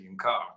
car